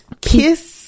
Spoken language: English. Kiss